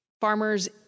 farmers